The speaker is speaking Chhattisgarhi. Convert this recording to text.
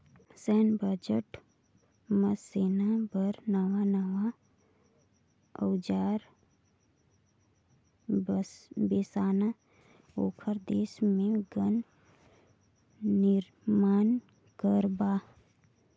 सैन्य बजट म सेना बर नवां नवां अउजार बेसाना, ओखर देश मे गन निरमान करबा